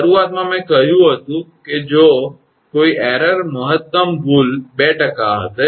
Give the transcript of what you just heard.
શરૂઆતમાં મેં કહ્યું હતું કે જો ભૂલ મહત્તમ ભૂલ 2 હશે